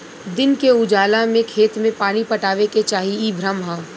दिन के उजाला में खेत में पानी पटावे के चाही इ भ्रम ह